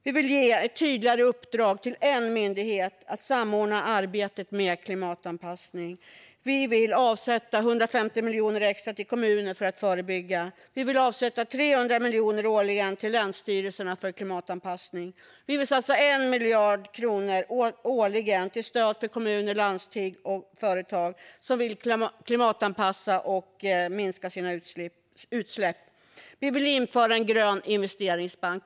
Vi vill ge ett tydligare uppdrag till en myndighet att samordna arbetet med klimatanpassning. Vi vill avsätta 150 miljoner extra till kommunerna för förebyggande arbete. Vi vill avsätta 300 miljoner årligen till länsstyrelserna för klimatanpassning. Vi vill satsa 1 miljard kronor årligen för stöd till kommuner och landsting och företag som vill klimatanpassa och minska sina utsläpp. Vi vill införa en grön investeringsbank.